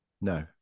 no